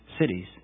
cities